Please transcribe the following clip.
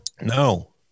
no